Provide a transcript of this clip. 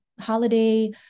holiday